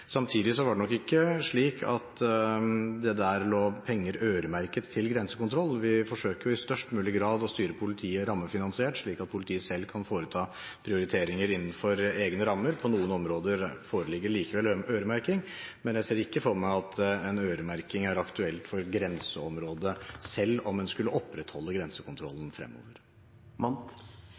Samtidig var det nok ikke slik at det der lå penger øremerket for grensekontroll. Vi forsøker i størst mulig grad å styre politiet rammefinansiert, slik at politiet selv kan foreta prioriteringer innenfor egne rammer. På noen områder foreligger likevel øremerking, men jeg ser ikke for meg at en øremerking er aktuell for grenseområdet, selv om en skulle opprettholde grensekontrollen fremover.